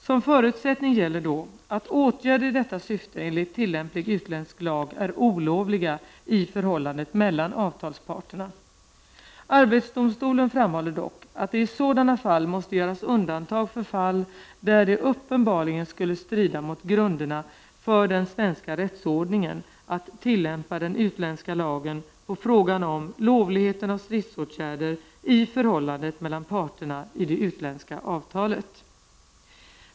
Som förutsättning gäller då att åtgärder i detta syfte enligt tillämplig utländsk lag är olovliga i förhållandet mellan avtalsparterna. Arbetsdomstolen framhåller dock att det i sådana fall måste göras undantag för fall där det uppenbarligen skulle strida mot grunderna för den svenska rättsordningen att tillämpa den utländska lagen på frågan om lovligheten av stridsåtgärder i förhållandet mellan parterna i det utländska avtalet.